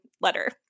letter